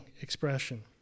expression